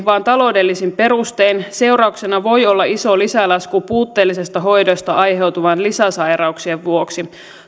vaan taloudellisin perustein seurauksena voi olla iso lisälasku puutteellisesta hoidosta aiheutuvien lisäsairauksien vuoksi